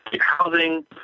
housing